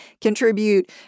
contribute